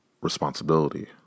responsibility